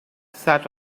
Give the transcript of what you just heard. sat